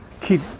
Keep